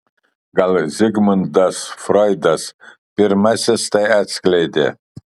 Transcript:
gal zigmundas froidas pirmasis tai atskleidė